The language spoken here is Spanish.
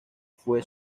fue